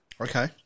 Okay